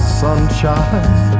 sunshine